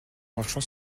marchant